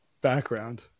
background